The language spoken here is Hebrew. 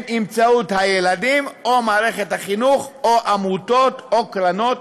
אם באמצעות הילדים ואם באמצעות מערכת החינוך או עמותות או קרנות,